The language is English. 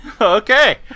Okay